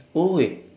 !oi!